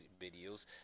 videos